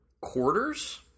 Quarters